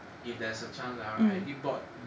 if there's a chance ah I did bought